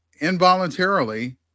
involuntarily